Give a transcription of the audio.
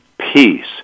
peace